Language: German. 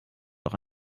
auch